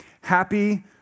Happy